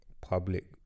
public